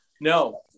No